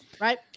right